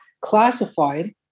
classified